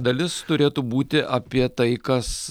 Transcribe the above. dalis turėtų būti apie tai kas